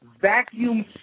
vacuum